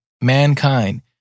mankind